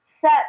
set